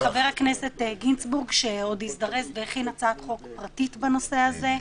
חבר הכנסת גינזבורג הזדרז והכין הצעת חוק פרטית בנושא הזה,